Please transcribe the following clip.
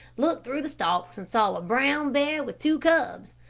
looked through the stalks, and saw a brown bear with two cubs.